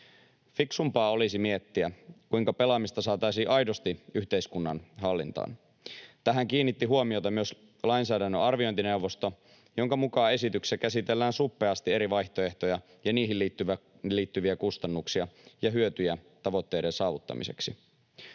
Fiksumpaa olisi miettiä, kuinka pelaamista saataisiin aidosti yhteiskunnan hallintaan. Tähän kiinnitti huomiota myös lainsäädännön arviointineuvosto, jonka mukaan esityksessä käsitellään suppeasti eri vaihtoehtoja ja niihin liittyviä kustannuksia ja hyötyjä tavoitteiden saavuttamiseksi.